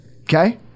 Okay